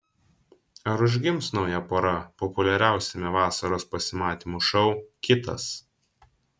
ar užgims nauja pora populiariausiame vasaros pasimatymų šou kitas